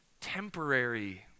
temporary